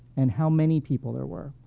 and how many people there were,